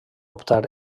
optar